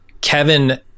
Kevin